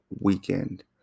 weekend